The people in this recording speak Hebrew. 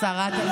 ואמרה, מירב.